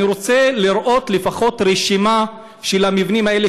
אני רוצה לפחות לראות רשימה של המבנים האלה,